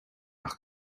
ach